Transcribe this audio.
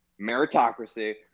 meritocracy